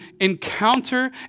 encounter